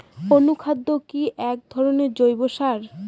অনুখাদ্য কি এক ধরনের জৈব সার?